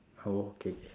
oh okay okay